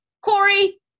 Corey